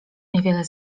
niewiele